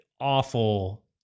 awful